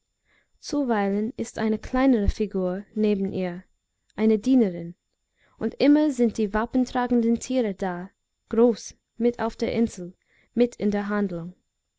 zuweilen ist eine kleinere figur neben ihr eine dienerin und immer sind die wappentragenden tiere da groß mit auf der insel mit in der handlung